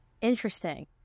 interesting